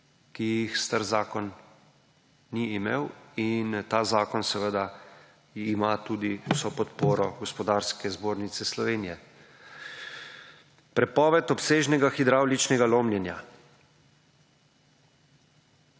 ki jih star zakon ni imel in ta zakon seveda ima tudi vso podporo Gospodarske zbornice Slovenije. Prepoved obsežnega hidravličnega lomljenja.